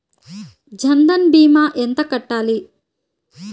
జన్ధన్ భీమా ఎంత కట్టాలి?